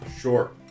Sure